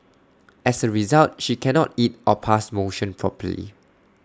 as A result she cannot eat or pass motion properly